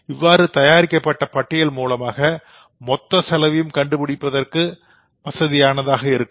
இவ்வாறு தயாரிக்கக்கூடிய பட்டியல் மூலமாக மொத்த செலவையும் கண்டுபிடிப்பதற்கு வசதியாக இருக்கும்